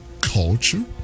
culture